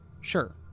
Sure